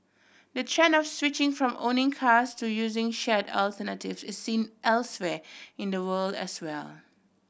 the trend of switching from owning cars to using shared alternatives is seen elsewhere in the world as well